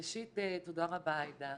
ראשית, תודה רבה עאידה.